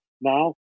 now